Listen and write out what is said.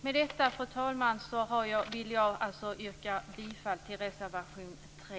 Med detta, fru talman, vill jag alltså yrka bifall till reservation 3.